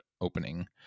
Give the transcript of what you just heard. opening